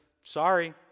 sorry